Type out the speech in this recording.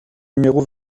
numéro